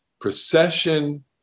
procession